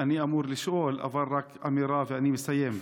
אני אמור לשאול, אבל רק אמירה ואני מסיים.